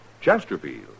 Chesterfield